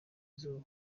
izuba